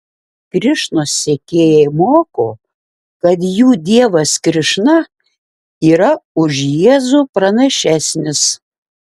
krišnos sekėjai moko kad jų dievas krišna yra už jėzų pranašesnis